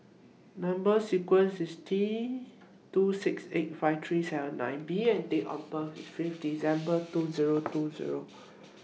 Number sequences IS T two six eight five three seven nine B and Date of birth IS Fifth December two Zero two Zero